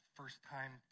first-time